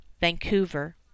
Vancouver